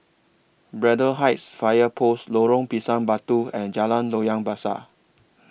Braddell Heights Fire Post Lorong Pisang Batu and Jalan Loyang Besar